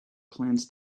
plans